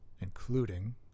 including